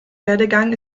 werdegang